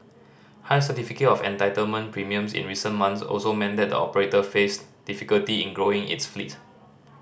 High Certificate of Entitlement premiums in recent months also meant that the operator faced difficulty in growing its fleet